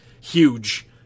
huge